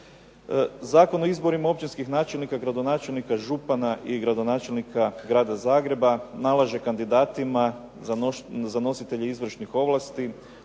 Zakon o izborima općinskih načelnika, gradonačelnika, župana i gradonačelnika Grada Zagreba nalaže kandidatima za nositelje izvršnih ovlasti